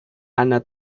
anna